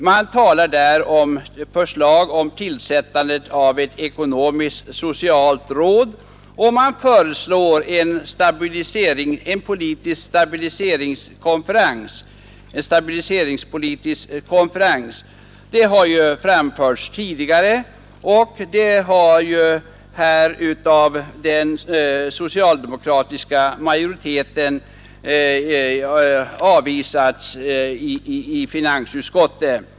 Man föreslår där tillsättande av ett ekonomisk-socialt råd och anordnandet av en stabiliseringspolitisk konferens. Förslag härom har även framförts tidigare, men våra förslag avvisas nu av den socialdemokratiska majoriteten i finansutskottet.